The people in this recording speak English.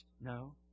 No